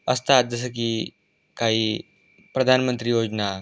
असतात जसं की काही प्रधानमंत्री योजना